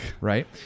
Right